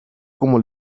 como